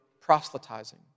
proselytizing